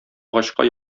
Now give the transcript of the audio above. агачка